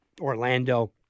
Orlando